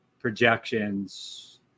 projections